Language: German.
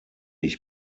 ich